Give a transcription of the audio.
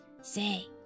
Say